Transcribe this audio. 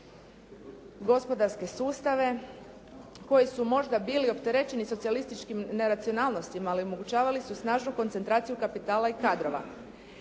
gospodarske sustave koji su možda bili opterećeni socijalističkim neracionalnostima, ali omogućavali su i snažnu koncentraciju kapitala i kadrova.